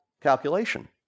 calculation